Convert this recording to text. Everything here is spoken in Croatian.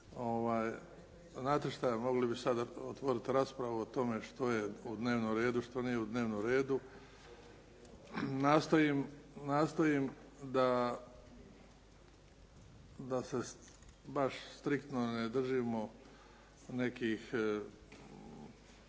Znate šta? Mogli bi sada otvoriti raspravu o tome što je u dnevnom redu, što nije u dnevnom redu. Nastojim da se baš striktno ne držimo nekih,